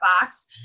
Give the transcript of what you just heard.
box